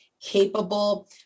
capable